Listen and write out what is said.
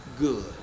Good